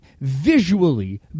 visually